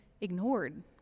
ignored